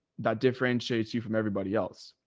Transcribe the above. that differentiates you from everybody else.